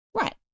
Right